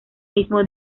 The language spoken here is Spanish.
mismo